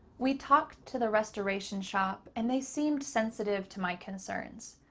we talked to the restoration shop and they seemed sensitive to my concerns.